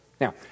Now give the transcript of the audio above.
Now